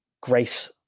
grace